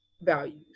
values